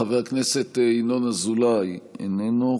חבר הכנסת ינון אזולאי, איננו.